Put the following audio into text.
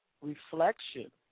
Reflection